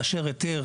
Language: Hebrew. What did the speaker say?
לאשר היתר